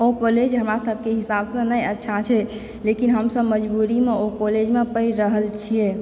ओ college हमरा सबके हिसाबसँ नहि अच्छा छै लेकिन हमसब मजबूरीमे ओ कॉलेजमे पढ़ि रहल छिऐ